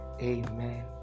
amen